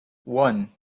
one